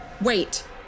wait